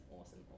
awesome